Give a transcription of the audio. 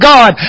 God